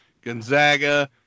Gonzaga